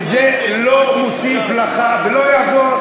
זה מביש וזה לא מוסיף לך ולא יעזור.